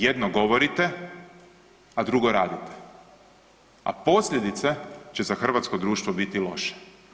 Jedno govorite, a drugo radite, a posljedice će za hrvatsko društvo biti loše.